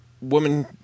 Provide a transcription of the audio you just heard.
Woman